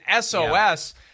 SOS